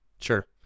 Sure